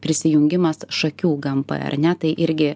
prisijungimasšakių gmp ar ne tai irgi